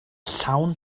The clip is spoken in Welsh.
llawn